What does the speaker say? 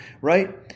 right